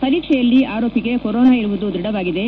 ಪರೀಕ್ಷೆಯಲ್ಲಿ ಆರೋಪಿಗೆ ಕೊರೊನಾ ಇರುವುದು ದೃಢವಾಗಿದೆ